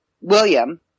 William